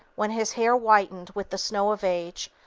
when his hair whitened with the snow of age,